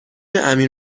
امیر